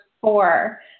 four